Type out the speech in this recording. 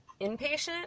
inpatient